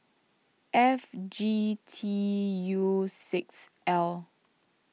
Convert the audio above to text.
F G T U six L